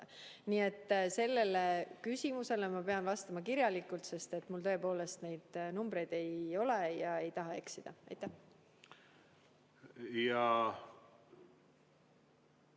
Nii et sellele küsimusele ma pean vastama kirjalikult, sest mul tõepoolest neid numbreid ei ole ja ma ei taha eksida. Aitäh!